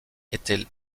était